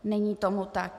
Není tomu tak.